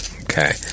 Okay